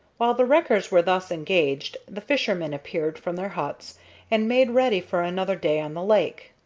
while the wreckers were thus engaged, the fishermen appeared from their huts and made ready for another day on the lake.